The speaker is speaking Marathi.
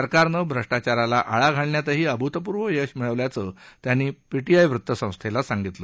सरकारनं भ्रष्टाचाराला आळा घालण्यातही अभूतपूर्व यश मिळवल्याचं त्यांनी पीटीआय वृत्तसंस्थेला सांगितलं